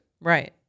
Right